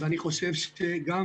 ואני חושב שגם